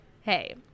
hey